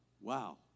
Wow